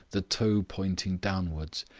the toe pointing downwards.